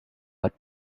but